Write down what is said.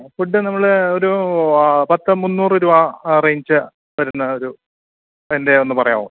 food നമ്മൾ ഒരു പത്ത് മുന്നൂറ് രൂപ ആ റേഞ്ച് വരുന്ന ഒരു അതിൻ്റെ ഒന്ന് പറയാമോ